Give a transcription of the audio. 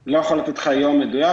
אני לא יכול לתת לך יום מדויק.